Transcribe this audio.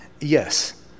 yes